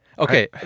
Okay